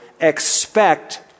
expect